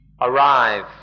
arrive